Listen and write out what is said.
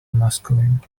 masculine